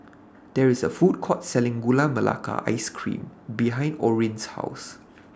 There IS A Food Court Selling Gula Melaka Ice Cream behind Orin's House